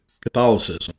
Catholicism